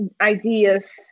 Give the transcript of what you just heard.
ideas